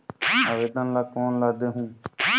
आवेदन ला कोन ला देहुं?